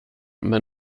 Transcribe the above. med